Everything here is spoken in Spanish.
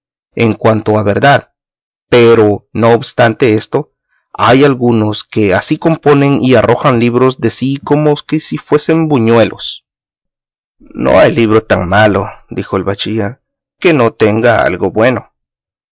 en cuanto a verdad pero no obstante esto hay algunos que así componen y arrojan libros de sí como si fuesen buñuelos no hay libro tan malo dijo el bachiller que no tenga algo bueno